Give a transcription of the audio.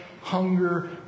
hunger